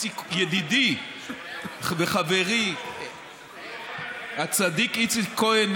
ידידי וחברי הצדיק איציק כהן,